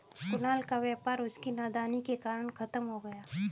कुणाल का व्यापार उसकी नादानी के कारण खत्म हो गया